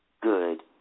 good